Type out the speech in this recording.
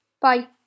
Bye